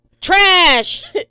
Trash